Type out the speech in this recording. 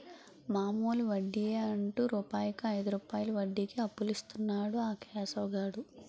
మామూలు వడ్డియే అంటు రూపాయికు ఐదు రూపాయలు వడ్డీకి అప్పులిస్తన్నాడు ఆ కేశవ్ గాడు